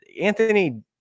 anthony